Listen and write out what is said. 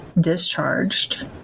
discharged